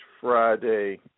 Friday